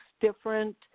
different